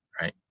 Right